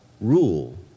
rule